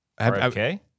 Okay